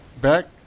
back